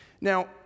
Now